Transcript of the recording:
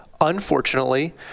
Unfortunately